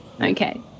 Okay